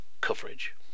coverage